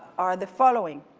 are the following.